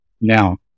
Now